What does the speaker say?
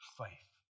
faith